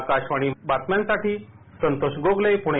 आकाशवाणी बातम्यांसाठी संतोष गोगले पुणे